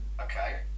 Okay